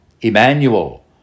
Emmanuel